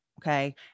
Okay